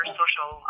social